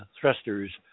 thrusters